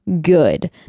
good